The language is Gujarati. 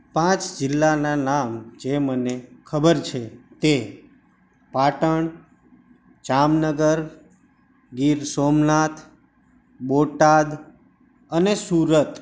પાંચ જિલ્લાનાં નામ જે મને ખબર છે તે પાટણ જામનગર ગીરસોમનાથ બોટાદ અને સુરત